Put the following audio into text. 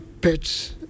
pets